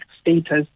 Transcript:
status